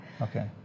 Okay